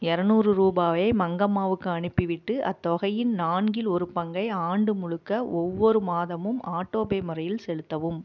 இரநூறு ரூபாயை மங்கம்மாவுக்கு அனுப்பிவிட்டு அத்தொகையின் நான்கில் ஒரு பங்கை ஆண்டு முழுக்க ஒவ்வொரு மாதமும் ஆட்டோபே முறையில் செலுத்தவும்